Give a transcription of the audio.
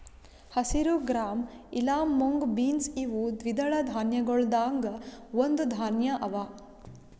ಹಸಿರು ಗ್ರಾಂ ಇಲಾ mung beans ಇವು ದ್ವಿದಳ ಧಾನ್ಯಗೊಳ್ದಾಂದ್ ಒಂದು ಧಾನ್ಯ ಅವಾ